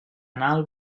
anal